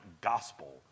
gospel